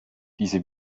diese